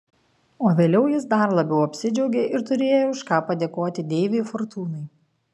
o vėliau jis dar labiau apsidžiaugė ir turėjo už ką padėkoti deivei fortūnai